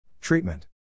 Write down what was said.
treatment